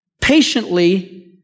patiently